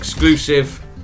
Exclusive